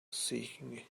seeking